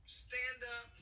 stand-up